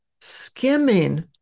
skimming